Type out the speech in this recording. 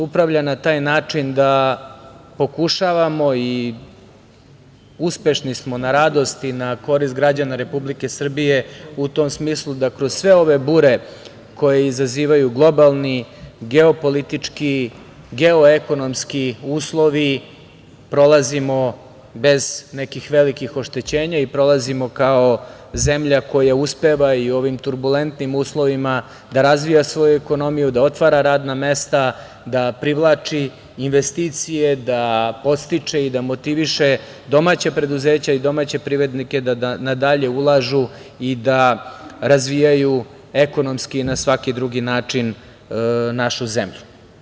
Upravlja na taj način da pokušavamo i uspešni smo na radost i na korist građana Republike Srbije u tom smislu da kroz sve ove bure koje izazivaju globalni, geopolitički, geoekonomski uslovi prolazimo bez nekih velikih oštećenja i prolazimo kao zemlja koja uspeva i u ovim turbulentnim uslovima da razvija svoju ekonomiju, da otvara radna mesta, da privlači investicije, da podstiče i da motiviše domaća preduzeća i domaće privrednike da na dalje ulažu i da razvijaju ekonomski i na svaki drugi način našu zemlju.